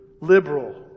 liberal